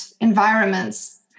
environments